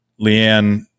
Leanne